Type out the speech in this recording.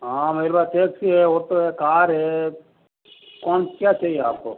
हाँ मेरे पास टैक्सी है ऑटो कार है कौन क्या चाहिए आपको